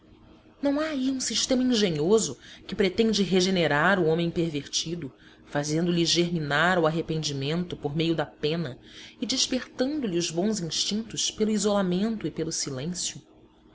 não há aí um sistema engenhoso que pretende regenerar o homem pervertido fazendo-lhe germinar o arrependimento por meio da pena e despertando lhe os bons instintos pelo isolamento e pelo silêncio